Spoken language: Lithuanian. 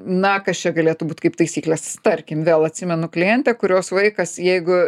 na kas čia galėtų būt kaip taisyklės tarkim vėl atsimenu klientę kurios vaikas jeigu